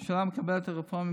הממשלה מקבלת את הרפורמים,